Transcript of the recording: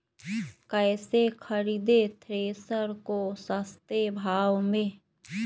कैसे खरीदे थ्रेसर को सस्ते भाव में?